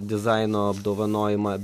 dizaino apdovanojimą